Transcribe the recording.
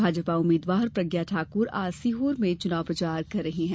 भाजपा उम्मीद्वार प्रज्ञा सिंह ठाकुर आज सीहोर में चुनाव प्रचार कर रही है